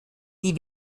die